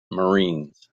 marines